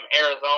Arizona